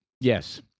yes